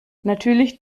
natürlich